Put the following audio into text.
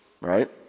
right